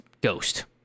ghost